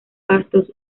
pastos